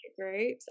groups